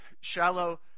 shallow